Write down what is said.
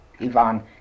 ivan